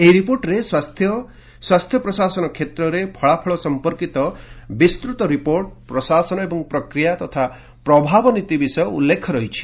ଏହି ରିପୋର୍ଟରେ ସ୍ୱାସ୍ଥ୍ୟ ସ୍ୱାସ୍ଥ୍ୟକ୍ଷେତ୍ରରେ ଫଳାଫଳ ସଂପର୍କିତ ବିସ୍କୃତ ରିପୋର୍ଟ ପ୍ରଶାସନ ଏବଂ ପ୍ରକ୍ରିୟା ତଥା ପ୍ରଭାବ ନୀତି ବିଷୟ ଉଲ୍ଲେଖ ରହିଛି